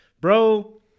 Bro